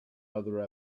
other